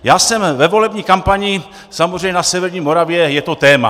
Já jsem ve volební kampani samozřejmě na severní Moravě je to téma.